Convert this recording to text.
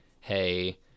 Hey